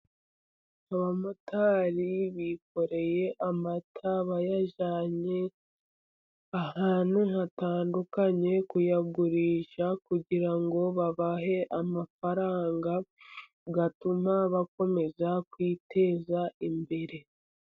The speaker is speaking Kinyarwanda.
Abamotari bikoreye amata, bayajyanye ahantu hatandukanye kuyagurisha, kugira ngo babahe amafaranga atuma bakomeza kwiteza imbere.